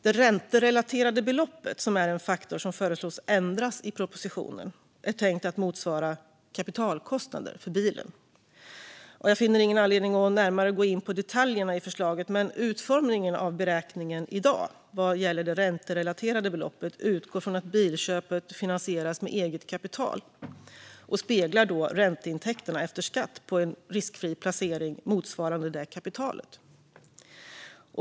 Det ränterelaterade beloppet, som är en faktor som föreslås ändras i propositionen, är tänkt att motsvara kapitalkostnader för bilen. Jag finner ingen anledning att närmare gå in på detaljerna i förslaget, men utformningen av beräkningen i dag vad gäller det ränterelaterade beloppet utgår från att bilköpet finansieras med eget kapital och speglar ränteintäkterna efter skatt på en riskfri placering motsvarande det kapitalet.